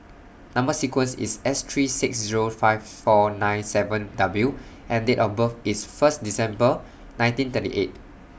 Number sequence IS S three six Zero five four nine seven W and Date of birth IS First December nineteen thirty eight